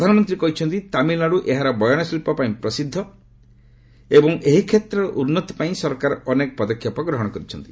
ପ୍ରଧାନମନ୍ତ୍ରୀ କହିଛନ୍ତି ତାମିଲନାଡୁ ଏହାର ବୟନଶିଳ୍ପ ପାଇଁ ପ୍ରସିଦ୍ଧ ଏବଂ ଏହି କ୍ଷେତ୍ରକୁ ଉନ୍ନତି ପାଇଁ ସରକାର ଅନେକ ପଦକ୍ଷେପ ଗ୍ରହଣ କରିଛନ୍ତି